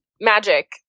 magic